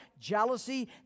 jealousy